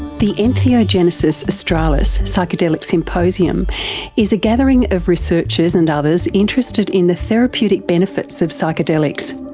the entheogenesis australis psychedelic symposium is a gathering of researchers and others interested in the therapeutic benefits of psychedelics.